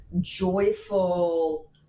joyful